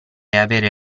avere